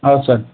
ಹೌದು ಸರ್